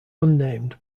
unnamed